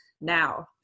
now